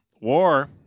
war